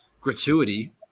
gratuity